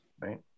Right